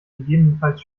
gegebenenfalls